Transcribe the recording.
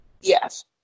Yes